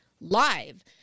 live